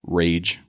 rage